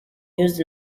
used